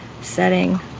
setting